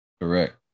Correct